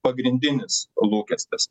pagrindinis lūkestis